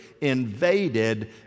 invaded